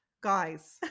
Guys